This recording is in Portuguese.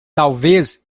talvez